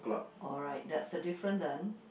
alright that's a different then